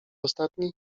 ostatni